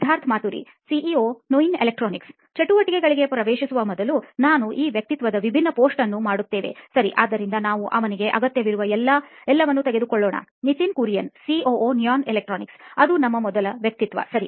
Siddharth Maturi CEO ನೋಯಿನ್ electronics ಚಟುವಟಿಕೆಗಳಿಗೆ ಪ್ರವೇಶಿಸುವ ಮೊದಲು ನಾವು ಈ ವ್ಯಕ್ತಿತ್ವದ ವಿಭಿನ್ನ ಪೋಸ್ಟ್ ಅನ್ನು ಮಾಡುತ್ತೇವೆ ಸರಿ ಆದ್ದರಿಂದ ನಾವು ಅವನಿಗೆ ಅಗತ್ಯವಿರುವ ಎಲ್ಲವನ್ನೂ ತೆಗೆದುಕೊಳ್ಳೋಣ ನಿತಿನ್ ಕುರಿಯನ್ ಸಿಒಒ ನೋಯಿನ್ ಎಲೆಕ್ಟ್ರಾನಿಕ್ಸ್ ಅದು ನಮ್ಮ ಮೊದಲ ವ್ಯಕ್ತಿತ್ವ ಸರಿ